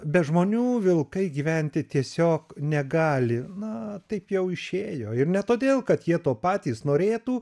be žmonių vilkai gyventi tiesiog negali na taip jau išėjo ir ne todėl kad jie to patys norėtų